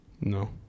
No